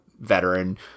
veteran